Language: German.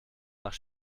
nach